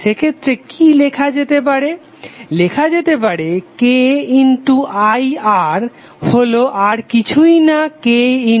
সেক্ষেত্রে কি লেখা যেতে পারে লেখা যেতে পারে K I R হলো আর কিছুই না K V